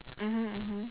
mmhmm mmhmm